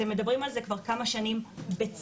אתם מדברים על זה כבר כמה שנים, בצדק.